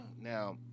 Now